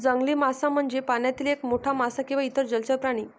जंगली मासा म्हणजे पाण्यातील एक मोठा मासा किंवा इतर जलचर प्राणी